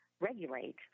regulate